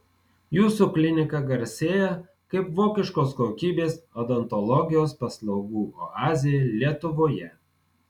jūsų klinika garsėja kaip vokiškos kokybės odontologijos paslaugų oazė lietuvoje